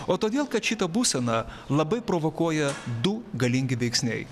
o todėl kad šitą būseną labai provokuoja du galingi veiksniai